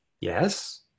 Yes